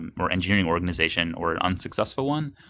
more engineering organization or an unsuccessful one.